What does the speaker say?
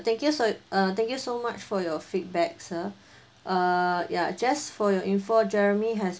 thank you sir err thank you so much for your feedback sir err ya just for your info jeremy has